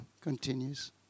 continues